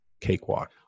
Cakewalk